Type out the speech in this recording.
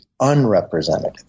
unrepresentative